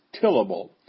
tillable